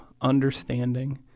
understanding